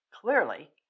clearly